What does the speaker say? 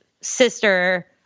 sister